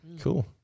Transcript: Cool